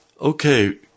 okay